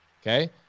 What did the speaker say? Okay